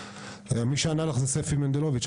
מי שענה לך זה ספי מנדלוביץ.